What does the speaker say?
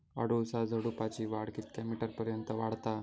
अडुळसा झुडूपाची वाढ कितक्या मीटर पर्यंत वाढता?